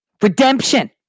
Redemption